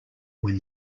when